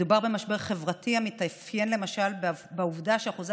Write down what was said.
מדובר במשבר חברתי המתאפיין למשל בעובדה שאחוזי